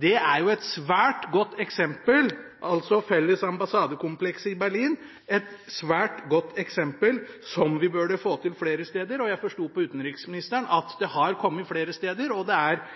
Det felles ambassadekomplekset i Berlin er et svært godt eksempel på noe som vi burde få til flere steder. Jeg forsto på utenriksministeren at det har kommet flere steder, og at det er